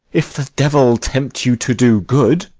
if the devil tempt you to do good.